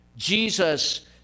Jesus